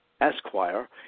Esquire